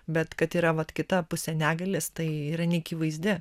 bet kad yra vat kita pusė negalės tai yra nyki vaizdi